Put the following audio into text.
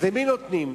אז למי נותנים,